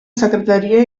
secretaria